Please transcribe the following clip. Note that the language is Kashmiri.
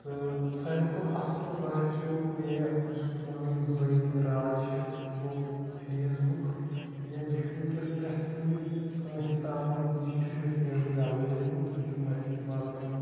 تہِ ساروے کھۄتہٕ اَصٕل باسیٚو مےٚ یُس مےٚ پَنِن ذٲتی راے چھِ سُہ گوٚو فیس بُک تہِ کیازٕ یہٕ چھُ وِنکیٚس پرٛتھ کُنہِ کٲنٛسہِ تامَتھ نِش چھُ یہِ فیس بُک ایٚولیبٕل تہٕ یہِ چھُ میٚسیج واتناوان